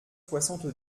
soixante